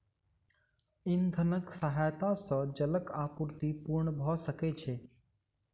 इंधनक सहायता सॅ जलक आपूर्ति पूर्ण भ सकै छै